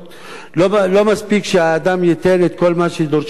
לא מספיק שהאדם ייתן את כל מה שדורשים ממנו,